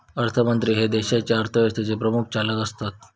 अर्थमंत्री हे देशाच्या अर्थव्यवस्थेचे प्रमुख चालक असतत